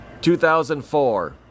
2004